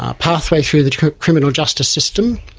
ah pathway through the criminal justice system,